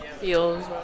Feels